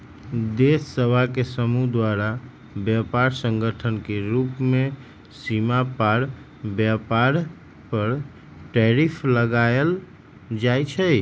देश सभ के समूह द्वारा व्यापार संगठन के रूप में सीमा पार व्यापार पर टैरिफ लगायल जाइ छइ